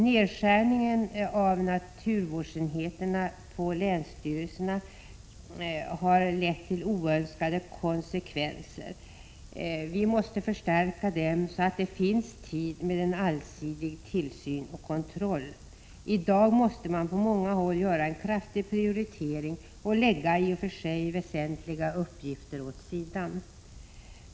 Nedskärningen av länsstyrelsernas naturvårdsenheter har lett till oönskade konsekvenser. Nu måste de förstärkas, så att det finns tid för en allsidig tillsyn och kontroll. I dag måste man nämligen på många håll göra en kraftig prioritering och lägga i och för sig väsentliga uppgifter åt sidan.